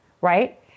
right